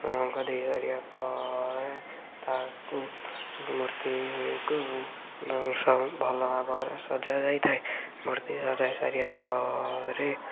ରଙ୍ଗ ଦେଇ ସାରିବା ପରେ ତାକୁ ମୂର୍ତ୍ତିକୁ ଭଲ ଭାବରେ ସଜାଯାଇଥାଏ ମୂର୍ତ୍ତି ସଜାସାରିବା ପରେ